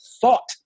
thought